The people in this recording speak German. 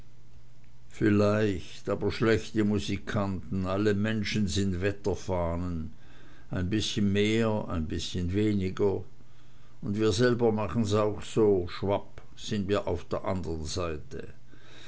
vielleicht aber schlechte musikanten alle menschen sind wetterfahnen ein bißchen mehr ein bißchen weniger und wir selber machen's auch so schwapp sind wir auf der andern seite